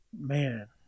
man